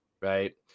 right